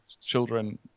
children